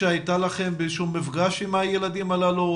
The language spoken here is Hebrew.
שהייתה לכם באיזשהו מפגש עם הילדים הללו?